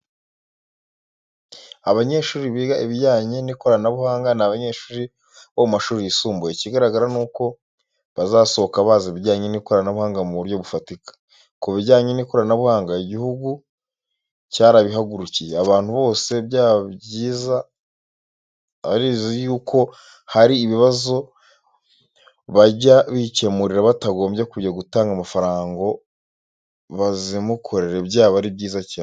Abanyeshuri biga ibijyanye n'ikoranabuhanga, n'abanyeshuri bo mu mashuri yisumbuye. Ikigaragara nuko bazasohoka bazi ibijyanye n'ikoranabuhanga mu buryo bufatika, kubijyanye n'ikoranabuhanga igihugu cyarabihagurukiye, abantu bose byaba byiza barizi kuko hari ibibazo bajya bikemurira batagombye kujya gutanga amafaranga ngo bazimukorere byaba ari byiza cyane.